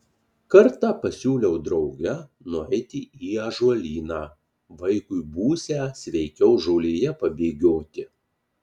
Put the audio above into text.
kartą pasiūliau drauge nueiti į ąžuolyną vaikui būsią sveikiau žolėje pabėgioti